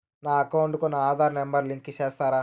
నా అకౌంట్ కు నా ఆధార్ నెంబర్ లింకు చేసారా